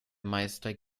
meister